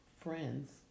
friends